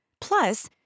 plus